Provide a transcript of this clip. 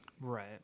right